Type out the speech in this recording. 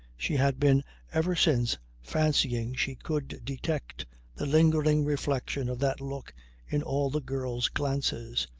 she had been ever since fancying she could detect the lingering reflection of that look in all the girl's glances.